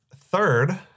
third